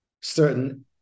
certain